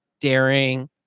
daring